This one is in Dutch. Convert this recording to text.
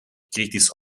kritisch